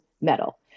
metal